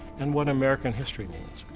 and what american history means,